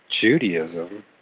Judaism